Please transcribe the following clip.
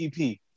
EP